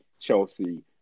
Chelsea